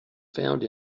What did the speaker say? found